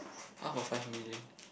half of five million